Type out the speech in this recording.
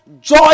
Joy